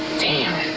damn.